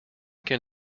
can